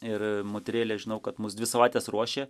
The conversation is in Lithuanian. ir moterėlė žinau kad mus dvi savaites ruošė